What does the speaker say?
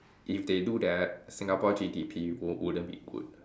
if they do that Singapore G_D_P wou~ wouldn't be good